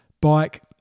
Bike